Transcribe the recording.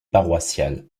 paroissiale